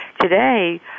Today